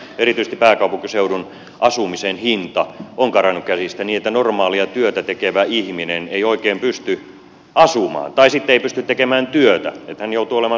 erityisesti pääkaupunkiseudun asumisen hinta on karannut käsistä niin että normaalia työtä tekevä ihminen ei oikein pysty asumaan tai sitten ei pysty tekemään työtä hän joutuu olemaan sosiaaliturvan varassa